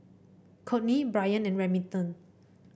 Kourtney Brien and Remington